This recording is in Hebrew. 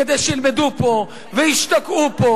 כדי שילמדו פה וישתקעו פה.